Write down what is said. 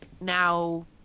now